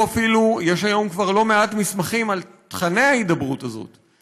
יש היום כבר לא מעט מסמכים על תוכני ההידברות הזאת,